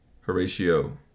Horatio